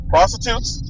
Prostitutes